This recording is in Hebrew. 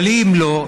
אבל אם לא,